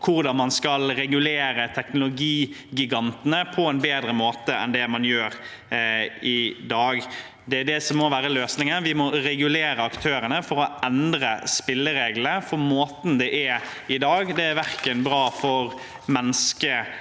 hvordan man skal regulere teknologigantene på en bedre måte enn man gjør i dag. Det er det som må være løsningen. Vi må regulere aktørene for å endre spillereglene. For måten det er på i dag, er verken bra for menneskeheten